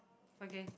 okay